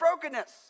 brokenness